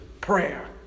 prayer